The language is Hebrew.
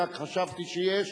רק חשבתי שיש,